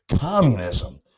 Communism